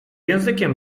językiem